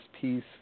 piece